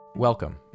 Welcome